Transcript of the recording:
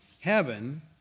Heaven